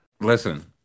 Listen